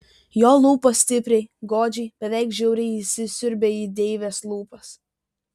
jo lūpos stipriai godžiai beveik žiauriai įsisiurbė į deivės lūpas